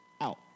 out